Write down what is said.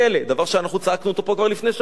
דבר שצעקנו פה כבר לפני שנים.